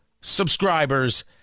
subscribers